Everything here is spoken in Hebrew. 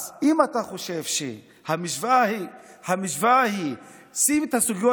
אז אם אתה חושב שהמשוואה היא: שים את הסוגיות